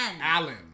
Alan